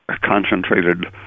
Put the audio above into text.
concentrated